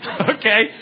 Okay